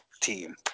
team